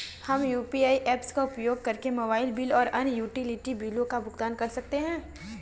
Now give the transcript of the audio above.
हम UPI apps का उपयोग करके मोबाइल बिल और अन्य यूटिलिटी बिलों का भुगतान कर सकते हैं